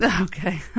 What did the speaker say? Okay